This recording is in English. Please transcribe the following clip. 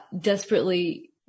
desperately